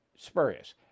Spurious